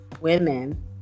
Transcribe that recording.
Women